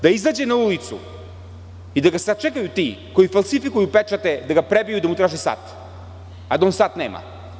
Da izađe na ulicu i da ga sačekaju ti koji falsifikuju pečate, da ga prebiju i da mu traže sat, a da on sat nema.